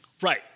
Right